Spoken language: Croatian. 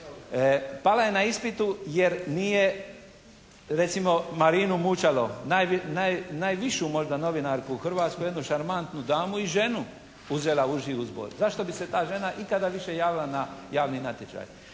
Pala je na ispitu jer nije recimo Marinu Mučalo najvišu možda u Hrvatskoj, jednu šarmantnu damu i ženu uzela u uži izbor. Zašto bi se ta žena ikada više javila na javni natječaj?